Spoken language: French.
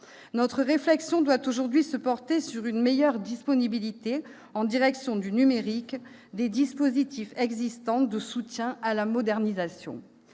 Notre réflexion doit aujourd'hui se porter sur une meilleure disponibilité, en direction du numérique, des dispositifs existants de soutien à la modernisation.